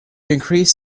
increase